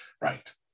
Right